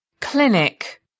clinic